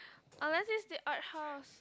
unless it's the Art house